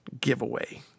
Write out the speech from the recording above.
giveaway